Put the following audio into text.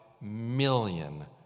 million